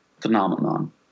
phenomenon